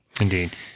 Indeed